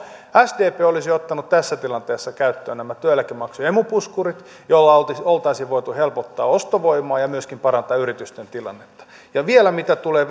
sdp olisi ottanut tässä tilanteessa käyttöön nämä työeläkemaksujen emu puskurit joilla oltaisiin voitu helpottaa ostovoimaa ja myöskin parantaa yritysten tilannetta vielä mitä tulee